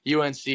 UNC